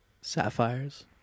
Sapphires